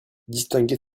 distinguer